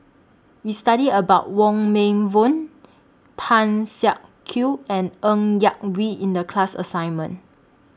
We studied about Wong Meng Voon Tan Siak Kew and Ng Yak Whee in The class assignment